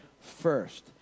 first